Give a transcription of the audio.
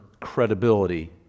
credibility